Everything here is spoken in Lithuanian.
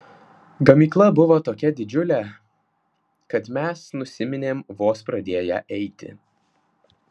ganykla buvo tokia didžiulė kad mes nusiminėm vos pradėję eiti